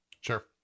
Sure